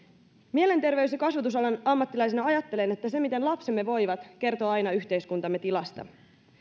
mielenterveys ja kasvatusalan ammattilaisena ajattelen että se miten lapsemme voivat kertoo aina yhteiskuntamme tilasta